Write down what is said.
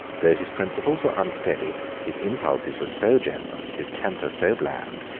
though his principles were unsteady, his impulses were so generous, his temper so bland,